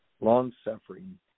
long-suffering